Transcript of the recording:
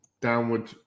downward